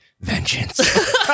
vengeance